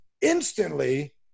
instantly